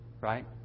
right